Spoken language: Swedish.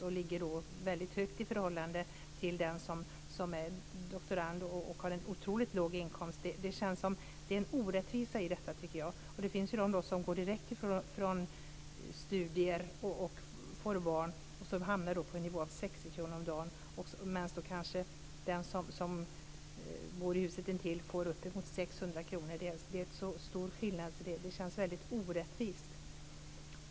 Hon ligger väldigt högt i förhållande till den som är doktorand och har en otroligt låg inkomst. Jag tycker att det finns en orättvisa i detta. Det finns ju de som går direkt från studier och får barn. De hamnar då på en nivå med 60 kr om dagen. Den som bor i huset intill får kanske uppemot 600 kr om dagen. Det är en så stor skillnad att det känns väldigt orättvist.